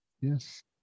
Yes